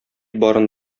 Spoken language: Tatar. барын